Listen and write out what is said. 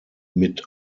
mit